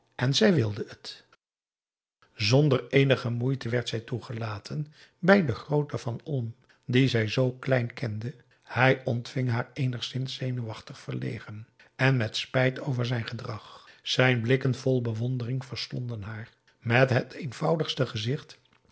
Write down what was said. en zij wilde het zonder eenige moeite werd zij toegelaten bij den grooten van olm die zij zoo klein kende hij ontving haar eenigszins zenuwachtig verlegen en met spijt over zijn gedrag zijn blikken vol bewondering verslonden haar met het eenvoudigste gezicht